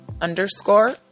underscore